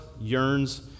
yearns